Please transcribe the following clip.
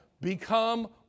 become